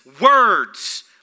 words